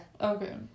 Okay